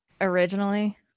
originally